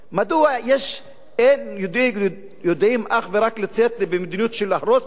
מדוע יודעים אך ורק לצאת במדיניות של להרוס בתים,